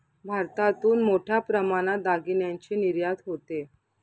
भारतातून मोठ्या प्रमाणात दागिन्यांची निर्यात होते